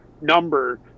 number